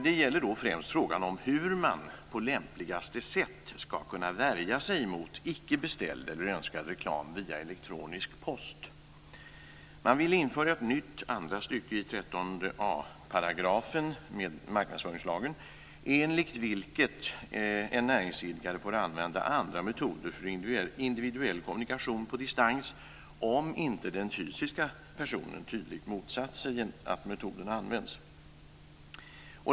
Det gäller då främst frågan om hur man på lämpligaste sätt ska kunna värja sig mot icke beställd eller icke önskad reklam via elektronisk post. Man vill införa ett nytt andra stycke i 13 a § marknadsföringslagen, enligt vilket en näringsidkare får använda andra metoder för individuell kommunikation på distans om inte den fysiska personen tydligt motsatt sig att metoden används.